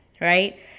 right